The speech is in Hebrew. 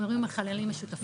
אנחנו מדברים על חללים משותפים,